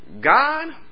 God